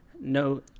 no